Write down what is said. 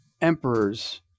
emperors